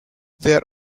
there